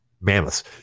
mammoths